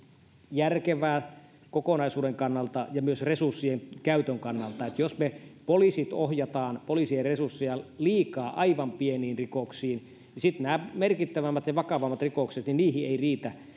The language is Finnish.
järkevää kokonaisuuden kannalta ja myös resurssien käytön kannalta jos me ohjaamme poliisien resursseja liikaa aivan pieniin rikoksiin niin sitten näihin merkittävimpiin ja vakavampiin rikoksiin ei riitä